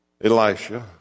Elisha